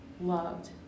loved